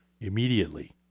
immediately